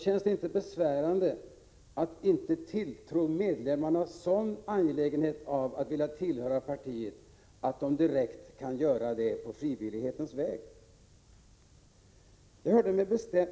Känns det inte besvärande att inte tilltro medlemmarna en sådan angelägen vilja att tillhöra partiet att de direkt kan bli medlemmar på frivillighetens väg?